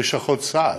לשכות סעד.